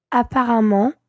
Apparemment